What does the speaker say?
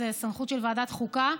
זה בסמכות של ועדת חוקה.